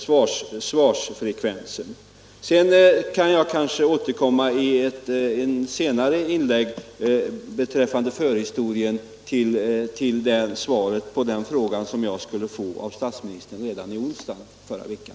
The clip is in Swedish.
Jag kan kanske återkomma i ett senare inlägg när det gäller förhistorien till besvarandet av den fråga, som statsministern skulle ha kunnat svara på redan i onsdags förra veckan.